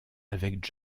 avec